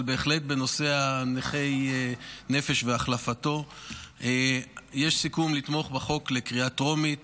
אבל בהחלט בנושא "נכי נפש" והחלפתו יש סיכום לתמוך בחוק בקריאה טרומית